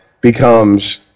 becomes